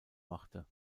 machte